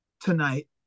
tonight